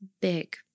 big